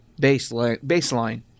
baseline